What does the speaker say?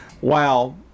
wow